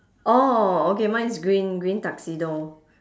orh okay mine is green green tuxedo